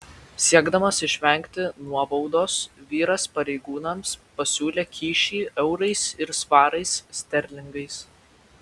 siekdamas išvengti nuobaudos vyras pareigūnams pasiūlė kyšį eurais ir svarais sterlingais